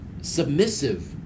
submissive